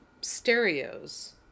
stereos